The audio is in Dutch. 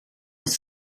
het